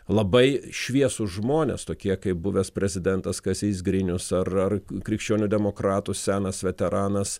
labai šviesūs žmonės tokie kaip buvęs prezidentas kazys grinius ar ar krikščionių demokratų senas veteranas